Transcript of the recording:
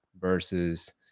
versus